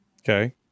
okay